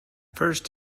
first